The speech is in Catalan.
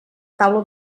taula